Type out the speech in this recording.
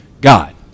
God